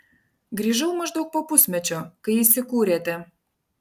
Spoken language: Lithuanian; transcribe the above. grįžau maždaug po pusmečio kai įsikūrėte